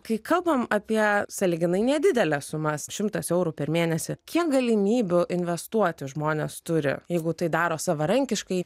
kai kalbam apie sąlyginai nedideles sumas šimtas eurų per mėnesį kiek galimybių investuoti žmonės turi jeigu tai daro savarankiškai